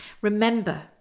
Remember